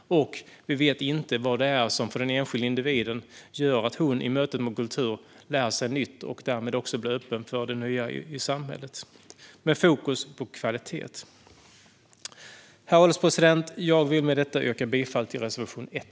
Och vi vet inte vad det är som gör att den enskilda individen i mötet med kultur lär sig nytt och därmed också blir öppen för det nya i samhället. Men fokus ska ligga på kvalitet. Herr ålderspresident! Jag vill med detta yrka bifall till reservation 1.